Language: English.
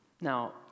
Now